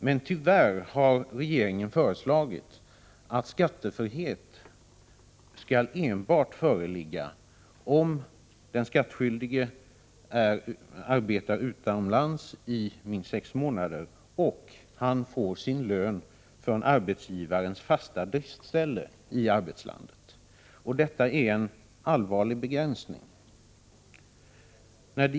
Men tyvärr har regeringen föreslagit att skattefrihet skall föreligga enbart om den skattskyldige arbetar utomlands i minst sex månader och får sin lön från arbetsgivarens fasta driftsställe i arbetslandet. Detta är en allvarlig begränsning.